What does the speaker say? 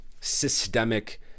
systemic